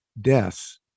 deaths